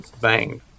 bang